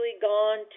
gone